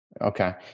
okay